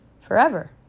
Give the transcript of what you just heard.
forever